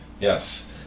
Yes